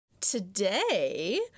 Today